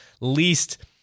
least